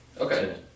okay